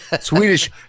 Swedish